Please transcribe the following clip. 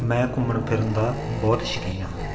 ਮੈਂ ਘੁੰਮਣ ਫਿਰਨ ਦਾ ਬਹੁਤ ਸ਼ੌਕੀਨ ਹਾਂ